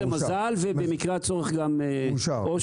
גליק זה מזל, ובמקרה הצורך גם אושר.